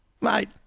Mate